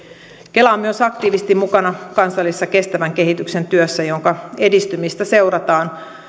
kela on myös aktiivisesti mukana kansallisessa kestävän kehityksen työssä jonka edistymistä seurataan